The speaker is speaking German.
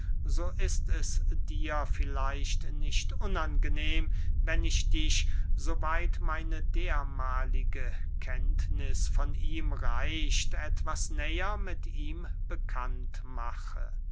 so ist es dir vielleicht nicht unangenehm wenn ich dich so weit meine dermahlige kenntniß von ihm reicht etwas näher mit ihm bekannt mache